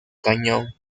cañón